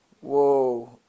Whoa